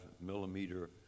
millimeter